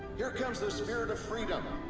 here comes the spirit of freedom,